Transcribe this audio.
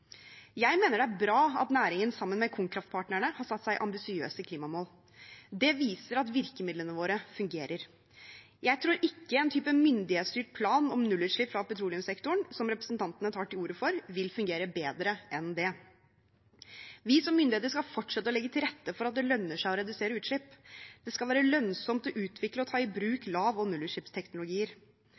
Jeg mener det er bra at næringen sammen med KonKraft-partnerne har satt seg ambisiøse klimamål. Det viser at virkemidlene våre fungerer. Jeg tror ikke en type myndighetsstyrt plan om nullutslipp fra petroleumssektoren, som representantene tar til orde for, vil fungere bedre enn det. Vi som myndigheter skal fortsette å legge til rette for at det lønner seg å redusere utslipp. Det skal være lønnsomt å utvikle og ta i bruk lav- og nullutslippsteknologier.